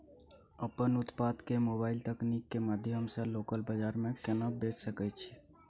अपन उत्पाद के मोबाइल तकनीक के माध्यम से लोकल बाजार में केना बेच सकै छी?